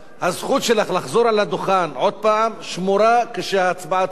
הזכות שלך לחזור אל הדוכן עוד הפעם שמורה במועד ההצבעה.